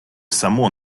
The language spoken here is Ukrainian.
само